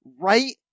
Right